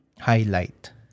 highlight